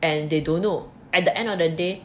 and they don't know at the end of the day